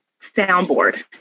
soundboard